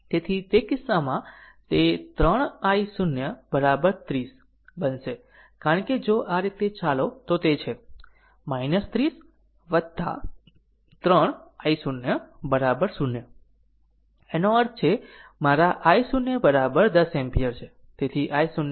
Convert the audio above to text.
તેથી તે કિસ્સામાં તે 3 i0 30 બનશે કારણ કે જો આ રીતે ચાલો તો તે છે 30 3 i0 0 એનો અર્થ છે મારા i0 10 એમ્પીયર છે